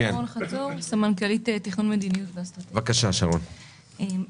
אני סמנכ"לית תכנון מדיניות ואסטרטגיה במשרד האנרגיה.